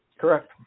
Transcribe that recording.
Correct